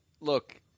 Look